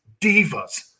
divas